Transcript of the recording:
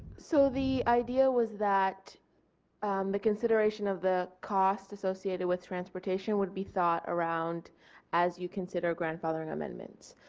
so the idea was that the consideration of the cost associated with transportation would be thought around as you consider grandfathering amendments.